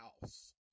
House